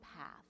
path